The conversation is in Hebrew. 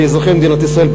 כאזרחי מדינת ישראל,